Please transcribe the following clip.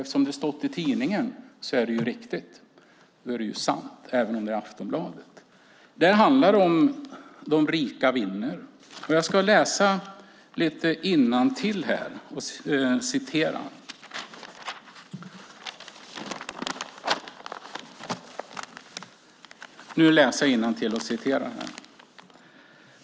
Eftersom det har stått i tidningen är det ju riktigt, även om det är i Aftonbladet. Det handlar om att de rika vinner. Jag ska läsa innantill.